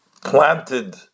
planted